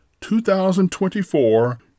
2024